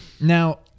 now